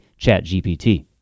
ChatGPT